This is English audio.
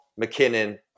McKinnon